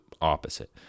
opposite